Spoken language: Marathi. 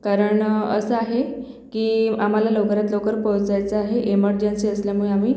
कारण असं आहे की आम्हाला लवकरात लवकर पोहचायचं आहे इमर्जन्सी असल्यामुळे आम्ही